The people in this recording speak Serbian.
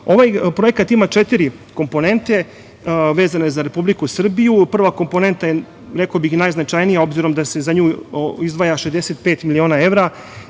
projekat ima četiri komponente vezano za Republiku Srbiju. Prva komponenta je, rekao bih, najznačajnija, obzirom da se za nju izdvaja 65 miliona evra